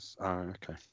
okay